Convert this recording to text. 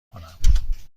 کنم